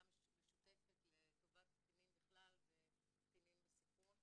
המשותפת לטובת קטינים בכלל וקטינים בסיכון.